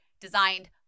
designed